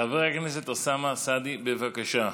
חבר הכנסת אוסאמה סעדי, בבקשה.